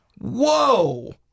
Whoa